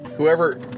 whoever